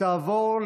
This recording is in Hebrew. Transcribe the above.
התשפ"ב 2022,